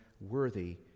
worthy